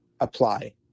apply